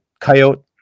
coyote